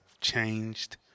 changed